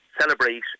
celebrate